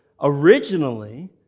originally